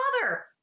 father